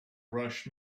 rush